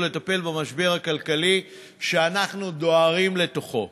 לטפל במשבר הכלכלי שאנחנו דוהרים לתוכו.